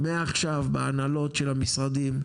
מעכשיו בהנהלות של המשרדים,